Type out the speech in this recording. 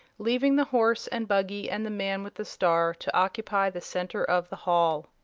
leaving the horse and buggy and the man with the star to occupy the center of the hall.